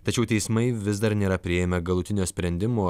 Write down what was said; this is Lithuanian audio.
tačiau teismai vis dar nėra priėmę galutinio sprendimo